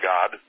God